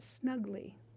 snugly